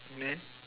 and then